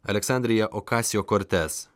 aleksandriją okasio kortez